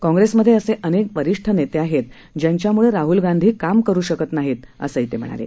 काँग्रेसमध्ये असे अनेक वरिष्ठ नेते आहेत ज्यांच्याम्ळे राहल गांधी काम करु शकत नाही असंही ते म्हणाले